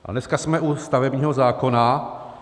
A dneska jsme u stavebního zákona.